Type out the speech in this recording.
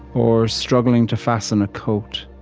or struggling to fasten a coat.